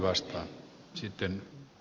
aivan lyhyesti